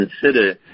consider